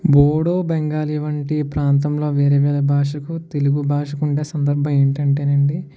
బోడో బెంగాలీ వంటి ప్రాంతంలో వేరే వేరే భాషకు తెలుగు భాషకు ఉండే సందర్భం ఏంటి అంటే అండి